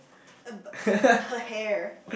about her hair